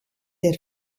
der